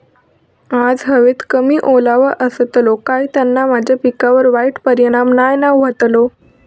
आज हवेत कमी ओलावो असतलो काय त्याना माझ्या पिकावर वाईट परिणाम नाय ना व्हतलो?